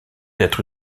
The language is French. être